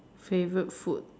favourite food